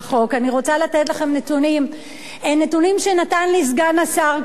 אני רוצה לתת לכם נתונים שנתן לי סגן השר כהן,